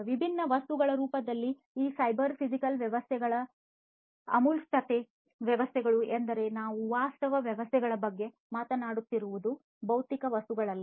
ವಿಭಿನ್ನ ವಸ್ತುಗಳ ರೂಪದಲ್ಲಿ ಈ ಸೈಬರ್ ಫಿಸಿಕಲ್ ವ್ಯವಸ್ಥೆಗಳ ಅಮೂರ್ತತೆಗಳು ವಸ್ತುಗಳು ಎಂದರೆ ನಾವು ವಾಸ್ತವ ವಸ್ತುಗಳ ಬಗ್ಗೆ ಮಾತನಾಡುತ್ತಿರುವುದು ಭೌತಿಕ ವಸ್ತುಗಳಲ್ಲ